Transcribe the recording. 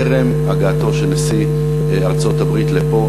טרם הגעתו של נשיא ארצות-הברית לפה,